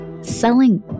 Selling